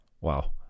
Wow